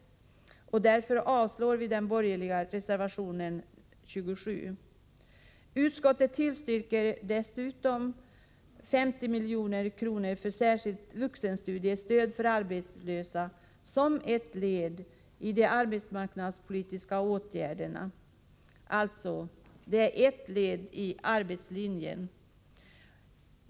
Därför avstyrker vi den borgerliga reservationen 27. Dessutom tillstyrker utskottet 50 milj.kr. till särskilt vuxenstudiestöd för arbetslösa som ett led i de arbetsmarknadspolitiska åtgärderna — ett led i arbetslinjen.